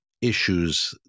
issues